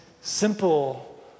simple